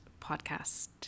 podcast